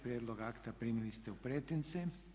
Prijedlog akta primili ste u pretince.